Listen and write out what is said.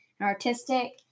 artistic